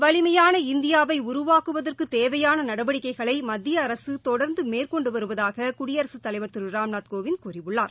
வலிமையான இந்தியாவை உருவாக்குவதற்கு தேவையான நடவடிக்கைகளை மத்திய அரசு தொடர்ந்து மேற்கொண்டு வருவதாக குடியரசுத் தலைவர் திரு ராம்நாத் கோவிந்த் கூறியுள்ளார்